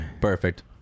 Perfect